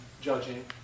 judging